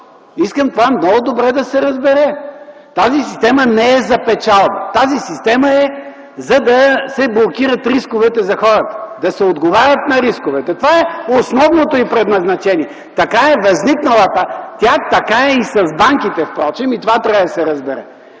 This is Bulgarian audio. Искам това много добре да се разбере. Тази система не е за печалби, а за да се блокират рисковете за хората, да се отговаря на рисковете. Това е основното й предназначение. Така е възникнала. Така е и с банките. Това трябва да се разбере.